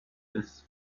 with